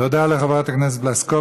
תודה לחברת הכנסת פלוסקוב.